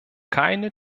keine